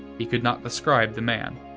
he could not describe the man.